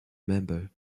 member